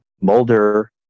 Mulder